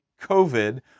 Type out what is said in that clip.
COVID